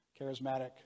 charismatic